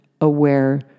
aware